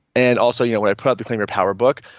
and also you know when i put out the claim your power book,